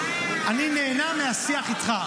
אני נהנה מהשיח איתך.